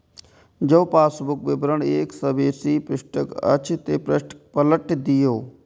जौं पासबुक विवरण एक सं बेसी पृष्ठक अछि, ते पृष्ठ कें पलटि दियौ